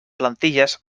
plantilles